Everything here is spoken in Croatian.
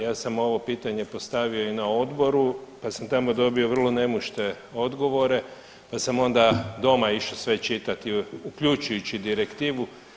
Ja sam ovo pitanje postavio i na odboru pa sam tamo dobio vrlo nemušte odgovore, pa sam onda doma išao sve čitat, uključujući i direktivu.